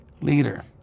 Leader